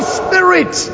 spirit